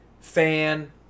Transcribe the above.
fan